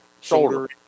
shoulder